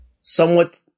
somewhat